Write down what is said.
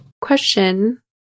Question